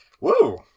woo